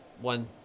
one